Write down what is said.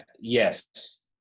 Yes